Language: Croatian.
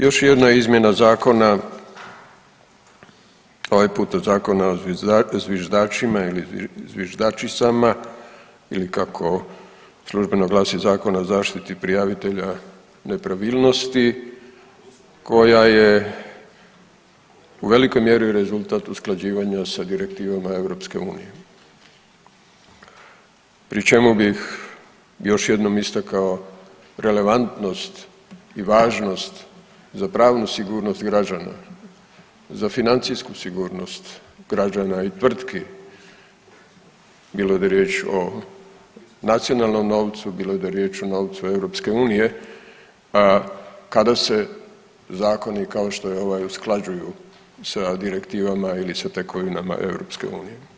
Još jedna izmjena zakona ovaj puta Zakona o zviždačima ili zviždačicama ili kako službeno glasi Zakon o zaštiti prijavitelja nepravilnosti koja je u velikoj mjeri rezultat usklađivanja sa direktivama EU, pri čemu bih još jednom istakao relevantnost i važnost za pravnu sigurnost građana, za financijsku sigurnost građana i tvrtki bilo da je riječ o nacionalnom novcu, bilo da je riječ o novcu EU kada se zakoni kao što je ovaj usklađuju sa direktivama ili sa tekovinama EU.